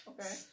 Okay